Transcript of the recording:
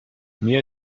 mir